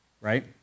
right